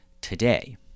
today